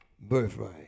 birthright